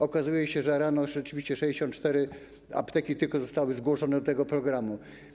Okazuje się, że rano rzeczywiście tylko 64 apteki zostały zgłoszone do tego programu.